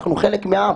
אנחנו חלק מהעם.